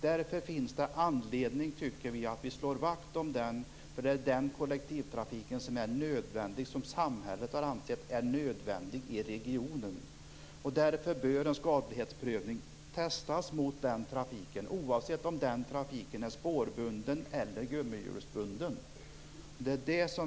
Därför tycker vi att det finns anledning att slå vakt om kollektivtrafiken, för det är den trafik som samhället har ansett är nödvändig i regionen. Således bör en skadlighetsprövning testas mot den trafiken, oavsett om den är spårbunden eller om den är gummihjulsbunden.